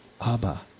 Abba